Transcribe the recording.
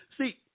see